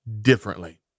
differently